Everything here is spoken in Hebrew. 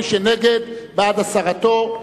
מי שנגד, בעד הסרתו.